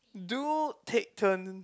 do take turn